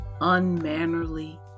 unmannerly